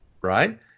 Right